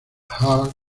hard